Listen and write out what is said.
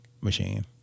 machine